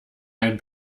ein